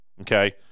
okay